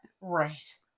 Right